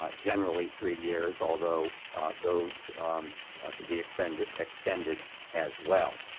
like generally three years, although those can be extended extended as well.